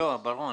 ברור.